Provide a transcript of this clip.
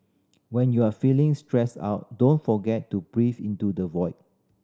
when you are feeling stressed out don't forget to breathe into the void